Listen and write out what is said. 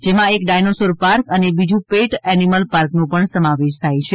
જેમાં એક dinosaur park અને બીજું પેટ એનિમલ પાર્કનો પણ સમાવેશ થાય છે